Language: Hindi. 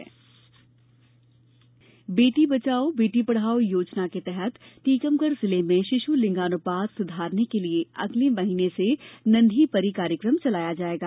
बेटी जन्मोत्सव बेटी बचाओ बेटी पढ़ाओ योजना के तहत टीकमगढ़ जिले में षिष् लिंगानुपात सुधारने के लिए अगले महीने से नन्ही परी कार्यक्रम चलाया जायेगा